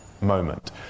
moment